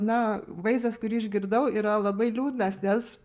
na vaizdas kurį išgirdau yra labai liūdnas nes